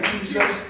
Jesus